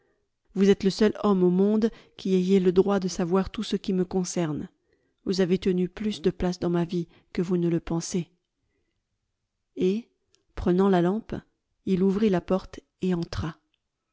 vous êtes le seul homme au monde qui ayez le droit de savoir tout ce qui me concerne vous avez tenu plus de place dans ma vie que vous ne le pensez et prenant la lampe il ouvrit la porte et entra